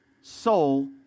soul